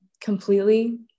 completely